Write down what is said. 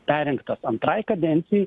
perrinktas antrai kadencijai